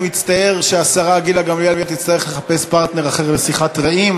אני מצטער שהשרה גילה גמליאל תצטרך לחפש פרטנר אחר לשיחת רעים,